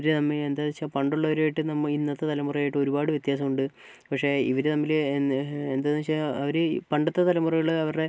ഇവര് തമ്മിൽ എന്താന്ന് വെച്ചാൽ പണ്ടുള്ളവരുമായിട്ടും നമ്മ ഇന്നത്തെ തലമുറയായിട്ട് ഒരുപാട് വ്യത്യാസമുണ്ട് പക്ഷേ ഇവര് തമ്മില് എന്താന്ന് വെച്ചാൽ അവരീ പണ്ടത്തെ തലമുറകള് അവരുടെ